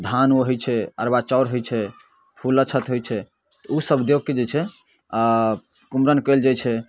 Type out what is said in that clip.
धान होइ छै अरबा चाउर होइ छै फूल अक्षत होइ छै तऽ उ सभ दए कऽ जे होइ छै आऽ कुमरन कयल जाइ छै